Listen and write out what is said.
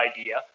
idea